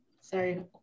Sorry